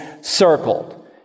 circled